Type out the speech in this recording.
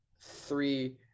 three